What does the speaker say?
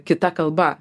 kita kalba